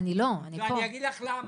אני לא, אני פה.